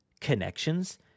connections